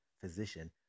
physician